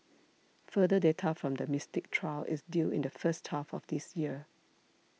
further data from the Mystic trial is due in the first half of this year